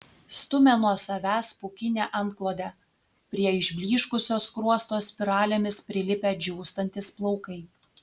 stumia nuo savęs pūkinę antklodę prie išblyškusio skruosto spiralėmis prilipę džiūstantys plaukai